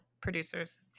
producers